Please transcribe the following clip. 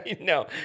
No